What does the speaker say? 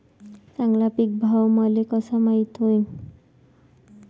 चांगला पीक भाव मले कसा माइत होईन?